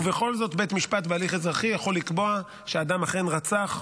ובכל זאת בית משפט בהליך אזרחי יכול לקבוע שאדם אכן רצח,